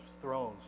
thrones